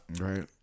right